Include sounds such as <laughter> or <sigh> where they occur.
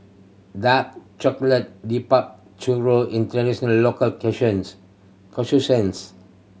dark chocolate <unintelligible> churro is a traditional local <unintelligible>